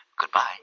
Goodbye